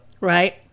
Right